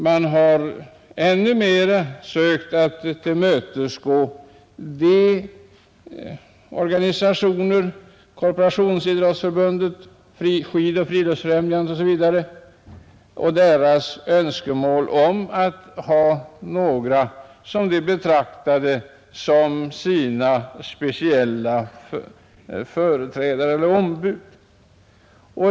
Man hade sökt tillmätesgå organisationer som Korporationsidrottsförbundet, Skidoch friluftsfrämjandet m.fl. som framfört önskemål om att få med några som de betraktade som sina speciella företrädare eller ombud.